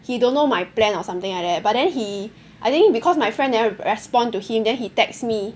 he don't know my plan or something like that but then he I think because my friend never respond to him then he text me